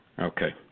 Okay